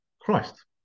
Christ